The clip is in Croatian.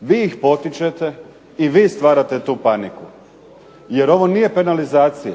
vi ih potičete i vi stvarate tu paniku. Jer ovo nije penalizacija.